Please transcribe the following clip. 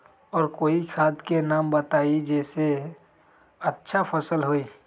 और कोइ खाद के नाम बताई जेसे अच्छा फसल होई?